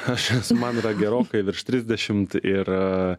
aš esu man yra gerokai virš trisdešim ir